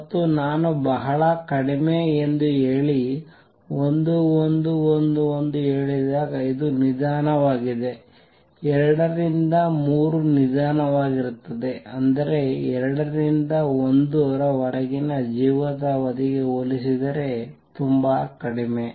ಮತ್ತು ನಾನು ಬಹಳ ಕಡಿಮೆ ಎಂದು ಹೇಳಿದಾಗ ಇದು ನಿಧಾನವಾಗಿದೆ 2 ರಿಂದ 3 ನಿಧಾನವಾಗಿರುತ್ತದೆ ಅಂದರೆ 2 ರಿಂದ 1 ರವರೆಗಿನ ಜೀವಿತಾವಧಿಗೆ ಹೋಲಿಸಿದರೆ ತುಂಬಾ ಕಡಿಮೆ